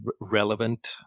relevant